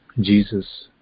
Jesus